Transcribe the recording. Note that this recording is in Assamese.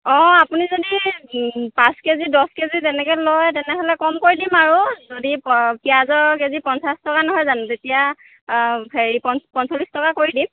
অঁ আপুনি যদি পাঁচ কে জি দহ কে জি তেনেকৈ লয় তেনেহ'লে কম কৰি দিম আৰু যদি পিঁয়াজৰ কে জি পঞ্চাছ টকা নহয় জানোঁ তেতিয়া অঁ হেৰি পন পঞ্চল্লিছ টকা কৰি দিম